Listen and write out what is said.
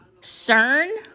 CERN